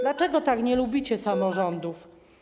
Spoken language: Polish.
Dlaczego tak nie lubicie samorządów?